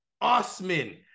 Osman